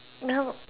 no